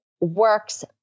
works